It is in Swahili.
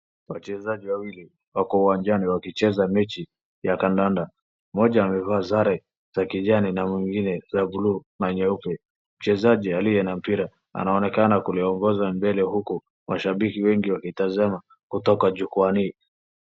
Wachezaji wawili wako uwanjani wakicheza mechi ya kandanda. Mmoja ameva sare za kijani na mwingine za blue na nyeupe mchezaji aliye na mpira anaonekana kuliongoza mbele, huku mashabiki wengi wakitazama kutoka jukwani.